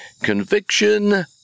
conviction